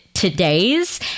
today's